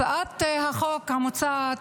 הצעת החוק המוצעת